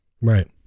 Right